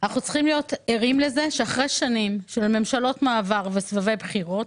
אנחנו צריכים להיות ערים לכך שאחרי שנים של ממשלות מעבר וסבבי בחירות,